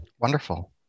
Wonderful